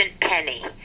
penny